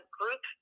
group